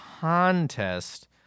contest